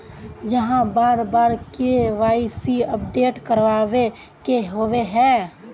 चाँह बार बार के.वाई.सी अपडेट करावे के होबे है?